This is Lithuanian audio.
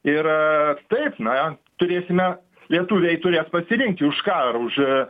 ir taip na turėsime lietuviai turės pasirinkti už ką ar už